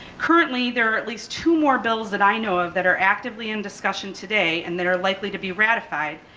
currently, there are at least two more bills that i know of that are actively in discussion today and that are likely to be ratified.